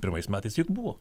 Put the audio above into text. pirmais metais juk buvo